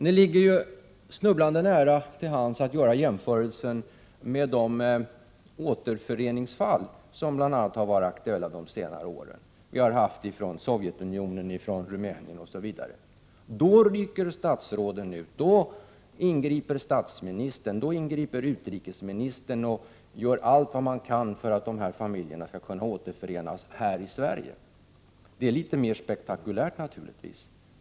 Det ligger snubblande nära att jämföra med de återföreningsfall som har varit aktuella under senare år. Det gäller då bl.a. människor från Sovjetunionen och Rumänien. Då rycker statsråden ut. Då ingriper statsministern. Då ingriper utrikesministern och gör allt som göras kan för att familjerna i fråga skall kunna återförenas här i Sverige. Det är, naturligtvis, litet mera spektakulärt!